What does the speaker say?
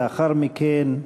לאחר מכן,